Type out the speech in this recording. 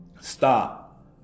Stop